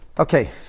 Okay